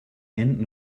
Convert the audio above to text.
and